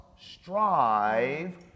strive